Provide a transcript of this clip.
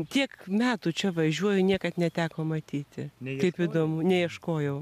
tiek metų čia važiuoju niekad neteko matyti kaip įdomu neieškojau